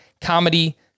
Comedy